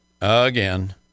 again